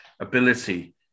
ability